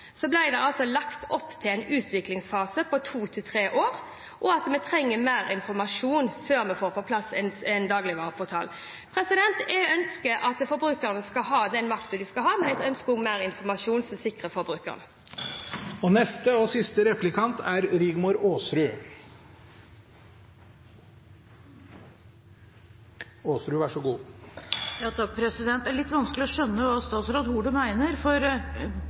at vi trenger mer informasjon før vi får på plass en dagligvareportal. Jeg ønsker at forbrukerne skal ha den makten de skal ha, med ønske om mer informasjon, som sikrer forbrukerne. Det er litt vanskelig å skjønne hva statsråd Horne mener. På den ene siden sier hun at man ikke ønsker en portal, fordi det kan skape høyere priser for forbrukerne. På den andre siden sier statsråd Horne at man nå skal utrede mer for